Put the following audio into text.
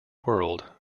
world